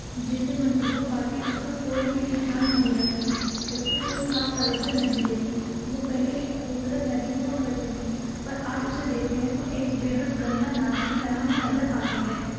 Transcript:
جس سے منصوبہ پارٹی اس کا کوئی بھی دھیان نہیں رکھتی اس پہ کوئی خاص توجہ نہیں دیتی وہ پہلے ایک خوبصورت ندی ہوا کرتی تھی پر آج اسے دیکھتے ہیں تو ایک بےحد گندا نالے کی طرح وہ نظر آتی ہے